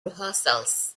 rehearsals